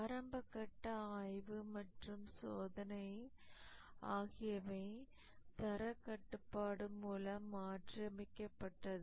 ஆரம்பக்கட்ட ஆய்வு மற்றும் சோதனை ஆகியவை தரக்கட்டுப்பாடு மூலம் மாற்றியமைக்கப்பட்டது